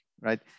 right